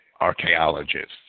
archaeologists